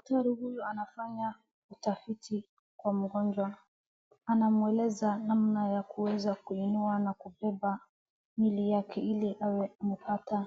Daktari huyu anafanya utafiti kwa mgonjwa. Anamueleza namna ya kuweza kuinua na kubeba mwili wake ili awe na mpata